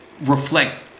reflect